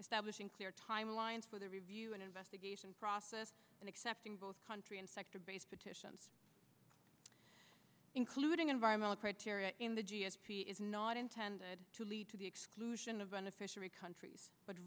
establishing clear timelines for the review and investigation process and accepting both country and sector based petitions including environmental criteria in the g s t is not intended to lead to the exclusion of beneficiary countries but